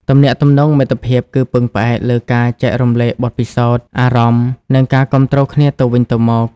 ទំនាក់ទំនងមិត្តភាពគឺពឹងផ្អែកលើការចែករំលែកបទពិសោធន៍ អារម្មណ៍ និងការគាំទ្រគ្នាទៅវិញទៅមក។